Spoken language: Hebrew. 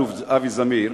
אלוף אבי זמיר,